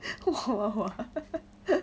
oh !wow!